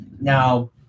Now